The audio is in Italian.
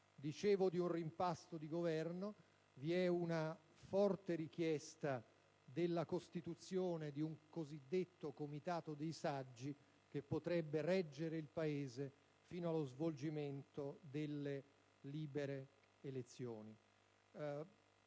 Governo di cui dicevo, vi è una forte richiesta per la costituzione di un cosiddetto comitato dei saggi, che potrebbe reggere il Paese fino allo svolgimento delle libere elezioni.